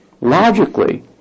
logically